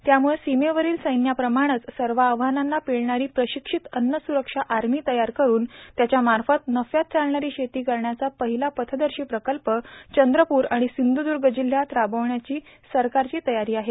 त्यामूळं सीमेवरील सैन्याप्रमाणेच सर्व आव्हानांना पेलणारी प्रशिक्षित अत्रसुरक्षा आर्मी तयार करून त्यांच्यामार्फत नफ्यात चालणारी शेती करण्याचा पहिला पथदर्शी प्रकल्प चंद्रपूर आणि सिंधुदुर्ग जिल्ह्यात राबविण्याची सरकार तयारी करीत आहे